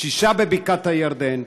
שישה בבקעת הירדן,